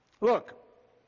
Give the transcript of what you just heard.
Look